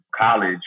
college